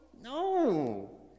no